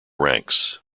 ranks